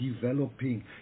developing